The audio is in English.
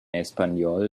español